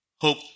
hope